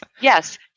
yes